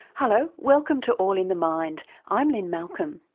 hello, welcome to all in the mind, i'm lynne malcolm.